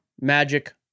Magic